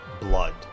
blood